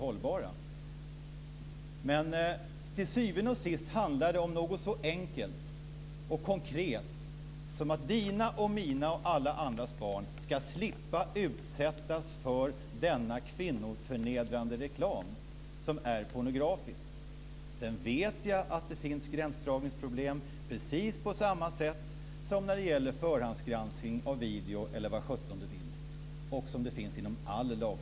Det finns gråzoner när det gäller det mesta av lagstiftningen. Ska vi ta bort förhandsgranskningen av film också? Det finns gråzoner där också, och det är inte kristallklart vad som gäller. Anser Kenneth Kvist det?